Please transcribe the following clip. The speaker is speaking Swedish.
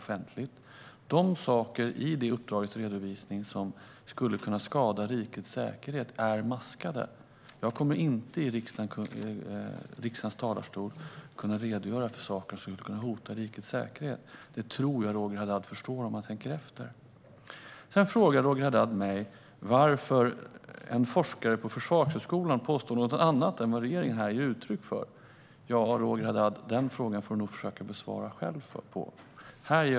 Sådant i uppdraget som skulle kunna skada rikets säkerhet är maskat. Jag kommer inte att i riksdagens talarstol kunna redogöra för saker som kan hota rikets säkerhet. Det tror jag att Roger Haddad förstår om han tänker efter. Roger Haddad frågar mig vidare varför en forskare på Försvarshögskolan påstår något annat än vad regeringen här ger uttryck för. Den frågan får nog Roger Haddad själv försöka svara på.